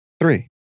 Three